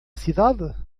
cidade